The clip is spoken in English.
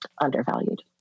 undervalued